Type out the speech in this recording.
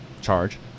charge